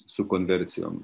su konvercijom